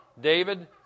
David